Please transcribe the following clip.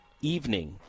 evening